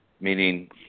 meaning